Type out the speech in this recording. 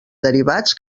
derivats